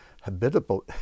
habitable